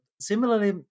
Similarly